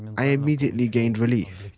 i immediately gained relief.